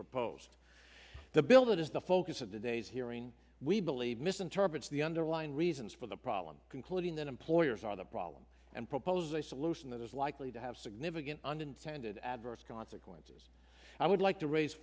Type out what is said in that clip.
proposed the bill that is the focus of today's hearing we believe misinterprets the underlying reasons for the problem concluding that employers are the problem and propose a solution that is likely to have significant unintended adverse consequences i would like to raise